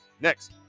Next